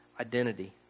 identity